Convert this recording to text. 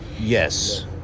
yes